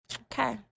okay